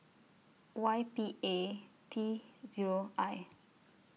Y P A T Zero I